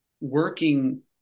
working